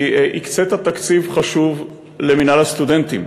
כי הקצית תקציב חשוב למינהל הסטודנטים,